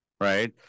right